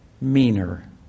meaner